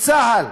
בצה"ל